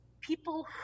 people